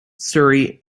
surrey